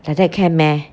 like that can meh